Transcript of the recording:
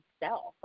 self